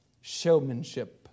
showmanship